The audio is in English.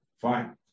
Fine